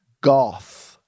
goth